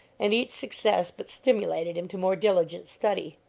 and each success but stimulated him to more diligent study.